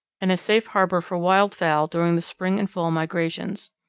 and a safe harbour for wild fowl during the spring and fall migrations.